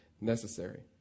necessary